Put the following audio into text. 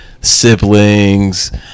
siblings